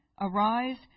Arise